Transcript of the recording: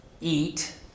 eat